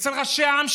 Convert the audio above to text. אצל ראשי העם,